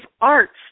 arts